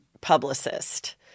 publicist